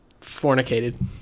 fornicated